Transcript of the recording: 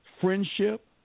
friendship